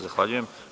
Zahvaljujem.